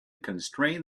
constrain